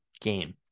game